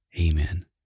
Amen